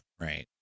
Right